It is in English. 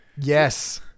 Yes